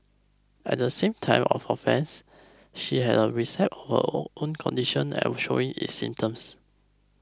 at the same time of the offence she had a recipe of her all condition and was showing its symptoms